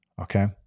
Okay